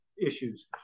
issues